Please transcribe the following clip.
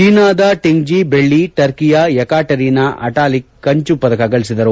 ಚೀನಾದ Ting Jie ಬೆಳ್ಳಿ ಟರ್ಕಿಯ ಎಕಾಟೆರಿನಾ ಅಟಾಲಿಕ್ ಕಂಚು ಪದಕ ಗಳಿಸಿದರು